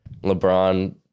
LeBron